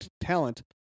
talent